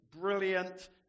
brilliant